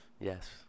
Yes